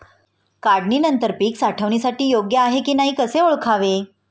काढणी नंतर पीक साठवणीसाठी योग्य आहे की नाही कसे ओळखावे?